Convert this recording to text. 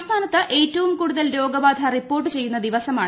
സംസ്ഥാനത്ത് ഏറ്റവും കൂടുതൽ രോഗബാധ റിപ്പോർട്ട് ചെയ്യുന്ന ദിവസമാണ്